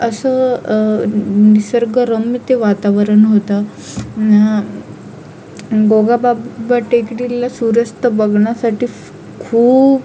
असं निसर्गरम्य ते वातावरण होतं गोगाबाबा टेकडीला सूर्यास्त बघण्यासाठीच खूप